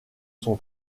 son